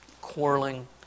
quarreling